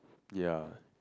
ya